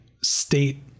state